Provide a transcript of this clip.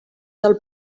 del